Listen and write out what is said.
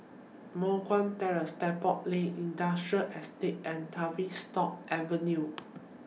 Moh Guan Terrace Depot Lane Industrial Estate and Tavistock Avenue